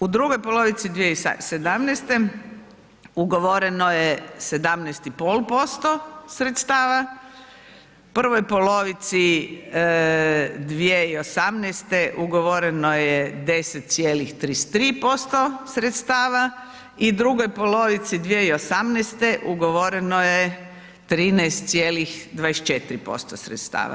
U drugoj polovici 2017. ugovoreno je 17,5% sredstava, u prvoj polovici 2018. ugovoreno je 10,33% sredstava i drugoj polovici 2018. ugovoreno je 13,24% sredstava.